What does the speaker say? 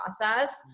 process